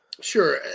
Sure